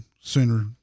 sooner